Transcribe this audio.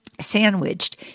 sandwiched